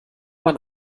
man